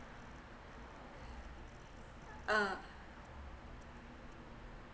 uh